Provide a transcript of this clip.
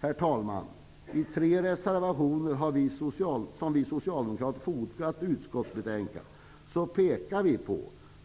Herr talman! Vi socialdemokrater har fogat tre reservationer till utskottsbetänkandet.